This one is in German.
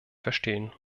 verstehen